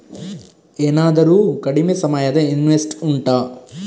ಏನಾದರೂ ಕಡಿಮೆ ಸಮಯದ ಇನ್ವೆಸ್ಟ್ ಉಂಟಾ